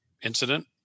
incident